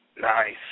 Nice